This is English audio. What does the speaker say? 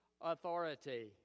authority